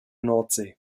nordsee